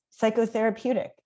psychotherapeutic